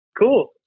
cool